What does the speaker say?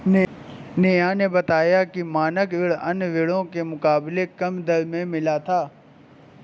नेहा ने बताया कि उसे मकान ऋण अन्य ऋणों के मुकाबले कम दर पर मिला था